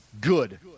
good